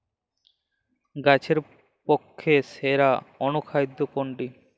গাছের পক্ষে সেরা অনুখাদ্য কোনটি?